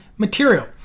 material